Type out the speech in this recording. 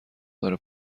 داره